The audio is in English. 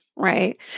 Right